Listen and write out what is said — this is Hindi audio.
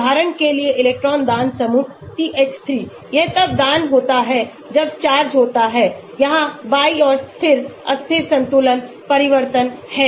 उदाहरण के लिए इलेक्ट्रॉन दान समूह CH3 यह तब दान होता है जब चार्ज होता है यहां बाईं ओर स्थित अस्थिर संतुलन परिवर्तन है